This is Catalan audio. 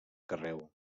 carreu